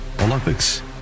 Olympics